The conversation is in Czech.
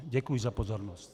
Děkuji za pozornost.